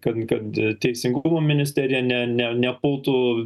kad kad teisingumo ministerija ne ne nepultų